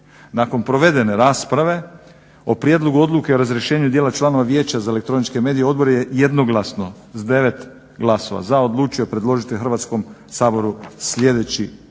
Nakon provedene rasprave o prijedlogu odluke razrješenja dijela članova vijeća za elektroničke medije odbor je jednoglasno s 9 glasova za odlučio predložiti Hrvatskom saboru sljedeći